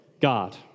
God